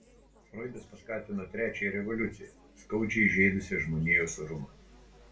froidas paskatino trečiąją revoliuciją skaudžiai žeidusią žmonijos orumą